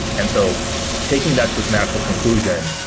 and so taking that to its natural conclusion,